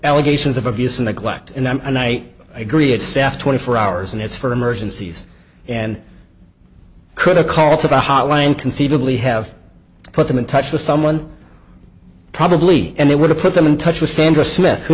allegations of abuse or neglect in them and i agree it's staffed twenty four hours and it's for emergencies and could a call to the hotline conceivably have put them in touch with someone probably and they were to put them in touch with sandra smith who